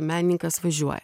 meninkas važiuoja